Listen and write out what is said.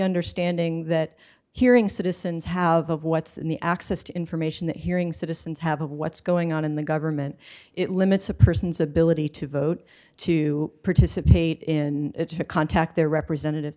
understanding that hearing citizens have of what's in the access to information that hearing citizens have of what's going on in the government it limits a person's ability to vote to participate in to contact their representative